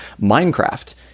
Minecraft